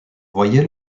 voyez